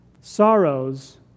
sorrows